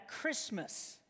Christmas